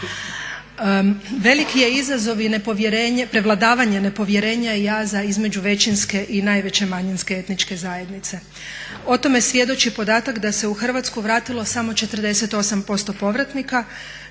Veliki je izazov i nepovjerenje, prevladavanje nepovjerenja jaza između većinske i najveće manjinske etničke zajednice. O tome svjedoči podataka da se u Hrvatsku vratilo samo 48% povratnika